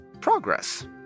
progress